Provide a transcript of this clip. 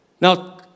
Now